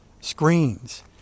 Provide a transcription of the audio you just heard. screens